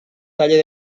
taller